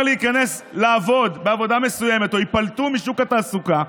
להיכנס לעבוד בעבודה מסוימת או ייפלטו משוק התעסוקה,